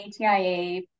ATIA